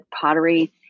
pottery